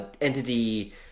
entity